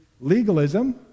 legalism